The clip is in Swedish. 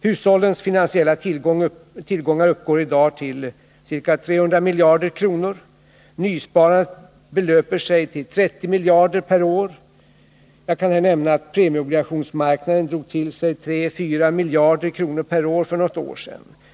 Hushållens finansiella tillgångar uppgår i dag till ca 300 miljarder kronor. Nysparandet belöper sig till 30 miljarder per år. Jag kan här nämna att premieobligationsmarknaden drog till sig 3-4 miljarder kronor per år, för något år sedan.